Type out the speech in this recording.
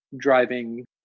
driving